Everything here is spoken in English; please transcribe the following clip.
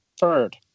Third